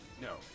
No